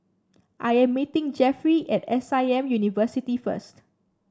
I am meeting Jefferey at S I M University first